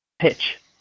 pitch